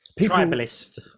Tribalist